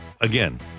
again